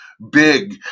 Big